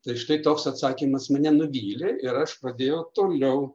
tai štai toks atsakymas mane nuvylė ir aš pradėjau toliau